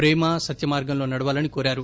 ప్రేమ సత్య మార్గంలో నడవాలని కోరారు